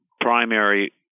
primary